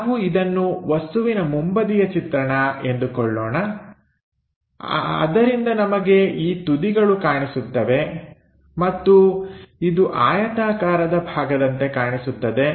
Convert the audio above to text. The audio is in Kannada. ನಾವು ಇದನ್ನು ವಸ್ತುವಿನ ಮುಂಬದಿಯ ಚಿತ್ರಣ ಎಂದುಕೊಳ್ಳೋಣ ಅದರಿಂದ ನಮಗೆ ಈ ತುದಿಗಳು ಕಾಣಿಸುತ್ತವೆ ಮತ್ತು ಇದು ಆಯತಾಕಾರದ ಭಾಗದಂತೆ ಕಾಣಿಸುತ್ತದೆ